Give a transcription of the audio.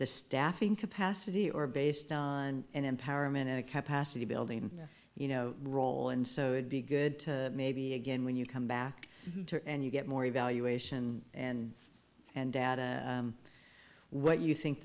the staffing capacity or based on an empowered in a capacity building you know role and so it be good to maybe again when you come back and you get more evaluation and and data what you think